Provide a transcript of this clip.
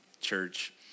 church